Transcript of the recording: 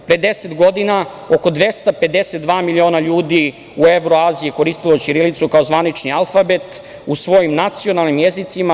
Pre 10 godina oko 252 miliona ljudi u Evroaziji je koristilo ćirilicu kao zvanični alfabet u svojim nacionalnim jezicima.